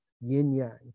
yin-yang